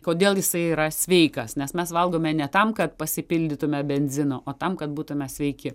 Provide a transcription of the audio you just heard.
kodėl jisai yra sveikas nes mes valgome ne tam kad pasipildytume benzino o tam kad būtume sveiki